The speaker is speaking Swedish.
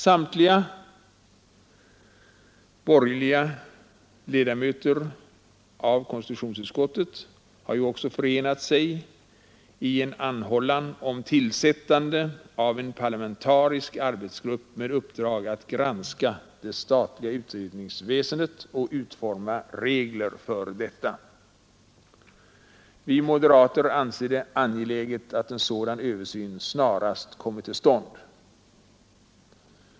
Samtliga borgerliga ledamöter av konstitutionsutskottet har ju också förenat sig i en anhållan om tillsättande av en parlamentarisk arbetsgrupp med uppdrag att granska det statliga utredningsväsendet och utforma regler för detta. Vi moderater anser det angeläget att en sådan översyn snarast kommer till stånd.